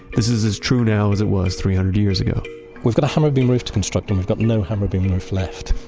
this is as true now as it was three hundred years ago we've got a hammer-beam roof to construct, and we've got no hammer-beam roof left.